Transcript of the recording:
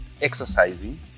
exercising